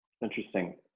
Interesting